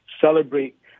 celebrate